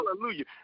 hallelujah